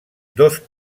dos